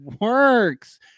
works